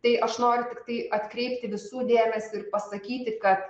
tai aš noriu tiktai atkreipti visų dėmesį ir pasakyti kad